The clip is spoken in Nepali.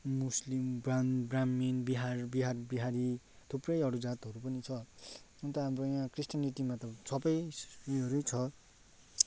मुस्लिम ब्राम ब्राह्मण बिहार बिहार बिहारी थुप्रै अरू जातहरू पनि छ अन्त हाम्रो यहाँ क्रिस्टिनिटीमा त सबै उयोहरू नै छ